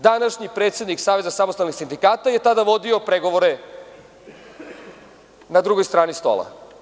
Današnji predsednik Saveza samostalnih sindikata je tada vodio pregovore na drugoj strani stola.